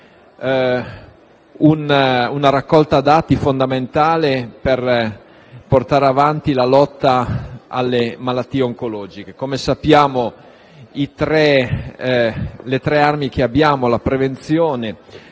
una raccolta dati fondamentale per portare avanti la lotta alle malattie oncologiche. Come sappiamo, le tre armi che abbiamo, la prevenzione,